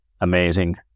amazing